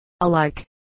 Alike